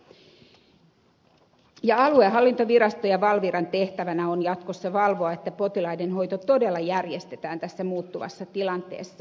aluehallintoviraston ja valviran tehtävänä on jatkossa valvoa että potilaiden hoito todella järjestetään tässä muuttuvassa tilanteessa